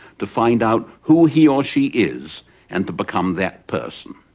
to find out who he or she is and to become that person.